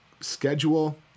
schedule